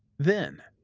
then,